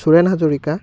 Suren Hazarika